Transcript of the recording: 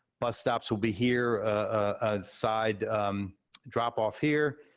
bus stops will be here, a side drop off here,